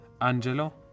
Angelo